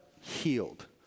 Healed